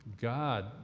God